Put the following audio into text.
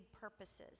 purposes